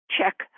check